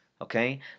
Okay